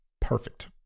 Perfect